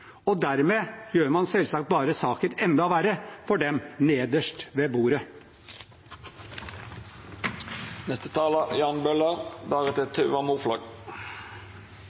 Dermed gjør man selvsagt bare saken enda verre for dem nederst ved bordet.